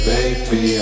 Baby